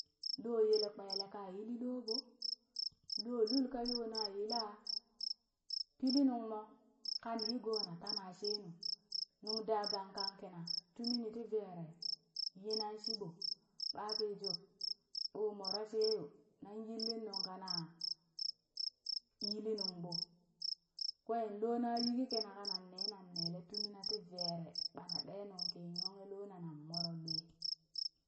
Loo yelee kpelee ka yili loo ɓoo, loo lulka yo na yila pili nung moo kani nigona tana shenuu, nuŋ daa gang kang kina tumi nii tii veree yina shiɓo ɓaa ki juub ɓoo moree she yoo na yili nuŋ kana illi nuŋ ɓo kwen loo na yiki kina kana nen nan nele tumina tii veree ɓaa na ɗee nuŋki yunghe loona nan moro lue.